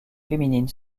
féminine